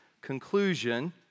conclusion